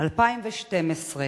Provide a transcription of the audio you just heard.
2012,